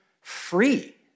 free